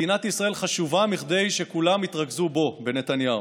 מדינת ישראל חשובה מכדי שכולם יתרכזו בו, בנתניהו.